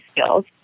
skills